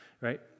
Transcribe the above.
right